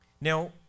Now